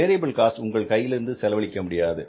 variable cost உங்கள் கையிலிருந்து செலவழிக்க முடியாது